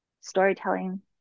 storytelling